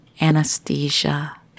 anesthesia